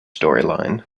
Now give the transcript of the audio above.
storyline